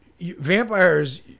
vampires